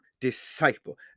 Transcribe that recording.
disciple